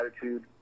attitude